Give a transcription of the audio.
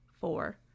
four